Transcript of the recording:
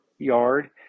yard